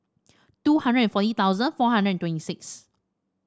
two hundred and forty thousand four hundred and twenty six